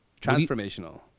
transformational